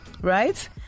right